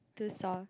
too soft